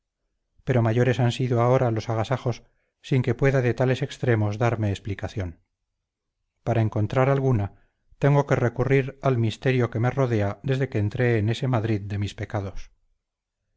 pero mayores han sido ahora los agasajos sin que pueda de tales extremos darme explicación para encontrar alguna tengo que recurrir al misterio que me rodea desde que entré en ese madrid de mis pecados